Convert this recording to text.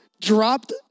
dropped